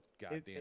goddamn